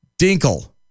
dinkle